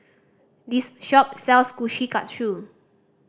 this shop sells Kushikatsu